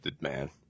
man